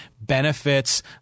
benefits